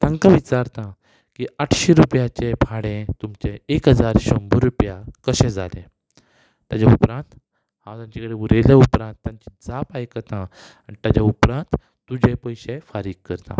तांकां विचारतां की आठशीं रुपयाचें भाडें तुमचें एक हजार शंबर रुपया कशें जालें ताच्या उपरांत हांव तांचे कडेन उलयल्या उपरांत तांची जाप आयकतां आनी ताच्या उपरांत तुजे पयशे फारीक करतां